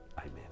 Amen